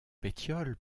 pétiole